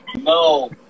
No